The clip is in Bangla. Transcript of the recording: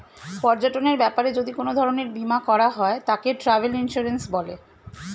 পর্যটনের ব্যাপারে যদি কোন ধরণের বীমা করা হয় তাকে ট্র্যাভেল ইন্সুরেন্স বলে